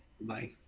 Bye